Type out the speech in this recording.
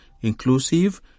inclusive